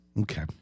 Okay